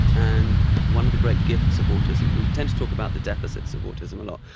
and one of the great gifts of autism, we tend to talk about the deficits of autism a lot,